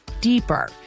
deeper